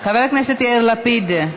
חבר הכנסת יאיר לפיד,